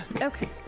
Okay